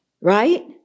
Right